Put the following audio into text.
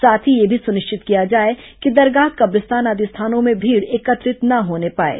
साथ ही यह भी सुनिश्चित किया जाए कि दरगाह कब्रिस्तान आदि स्थानों में भीड़ एकत्रित न होने पाएं